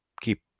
keep